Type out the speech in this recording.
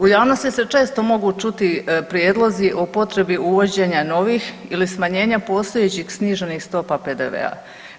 U javnosti se često mogu čuti prijedlozi o potrebi uvođenja novih ili smanjenja postojećih sniženih stopa PDV-a.